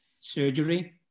surgery